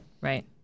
Right